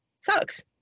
sucks